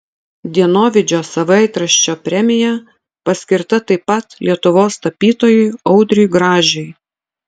dienovidžio savaitraščio premija paskirta taip pat lietuvos tapytojui audriui gražiui